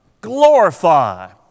Glorify